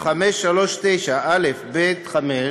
סעיף 539א(ב)(5)